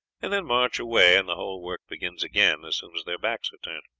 and then march away, and the whole work begins again as soon as their backs are turned.